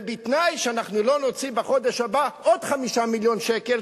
ובתנאי שאנחנו לא נוציא בחודש הבא עוד 5 מיליון שקל,